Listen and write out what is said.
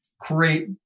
create